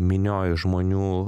minioj žmonių